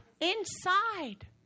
Inside